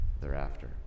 thereafter